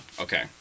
Okay